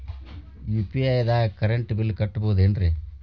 UPI ದಾಗ current bill ಕಟ್ಟಬಹುದೇನ್ರಿ?